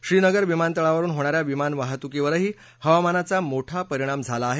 श्रीनगर विमानतळावरुन होणाऱ्या विमान वाहतुकीवरही हवामानाच्या मोठा परिणाम झाला आहे